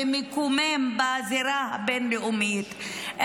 ומקומם בזירה הבין-לאומית,